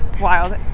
Wild